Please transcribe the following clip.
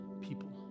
people